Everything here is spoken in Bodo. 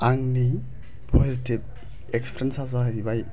आंनि पजिटिभ इकफ्सिरेन्सआ जाहैबाय